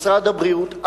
משרד הבריאות,